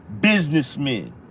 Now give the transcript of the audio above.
businessmen